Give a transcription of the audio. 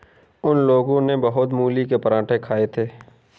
उन लोगो ने सुबह मूली के पराठे खाए थे